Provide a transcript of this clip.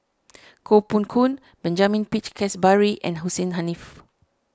Koh Poh Koon Benjamin Peach Keasberry and Hussein Haniff